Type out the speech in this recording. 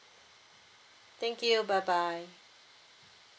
thank you bye bye